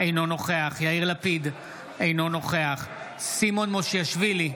אינו נוכח יאיר לפיד, אינו נוכח סימון מושיאשוילי,